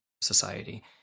society